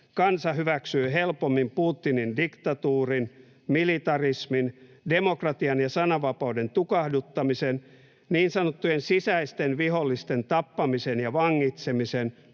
kansa hyväksyy helpommin Putinin diktatuurin, militarismin, demokratian ja sananvapauden tukahduttamisen, niin sanottujen sisäisten vihollisten tappamisen ja vangitsemisen,